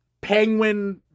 penguin